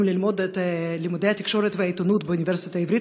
ללמוד את לימודי התקשורת והעיתונות באוניברסיטה העברית,